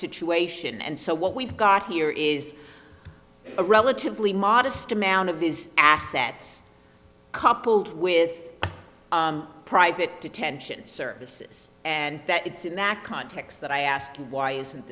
situation and so what we've got here is a relatively modest amount of these assets coupled with private detention services and that it's in that context that i asked why isn't